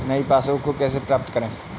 नई पासबुक को कैसे प्राप्त करें?